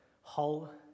Hull